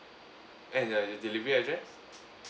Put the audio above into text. and uh your delivery address